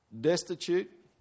destitute